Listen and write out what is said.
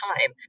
time